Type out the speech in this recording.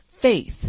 Faith